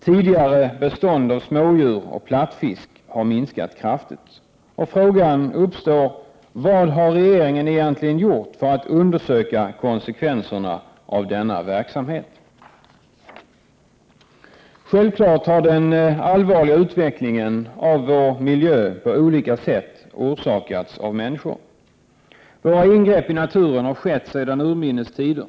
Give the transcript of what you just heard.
Tidigare bestånd av smådjur och plattfisk har Självfallet har den allvarliga utvecklingen av vår miljö på olika sätt orsakats av människor. Våra ingrepp i naturen har skett sedan urminnes tider.